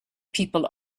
people